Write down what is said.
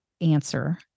answer